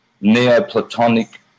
Neoplatonic